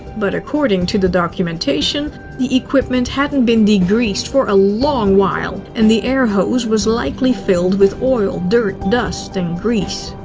but according to the documentation, the equipment hadn't been degreased for a long while, and the air hose was likely filled with oils, dirt, dust, and grease.